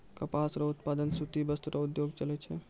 कपास रो उप्तादन से सूती वस्त्र रो उद्योग चलै छै